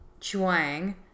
Chuang